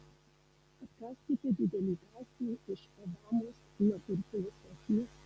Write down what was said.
atkąskite didelį kąsnį iš obamos natūrfilosofijos